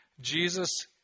Jesus